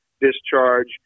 discharge